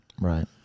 Right